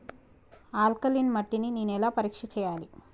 Alkaline మట్టి ని నేను ఎలా పరీక్ష చేయాలి?